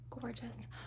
gorgeous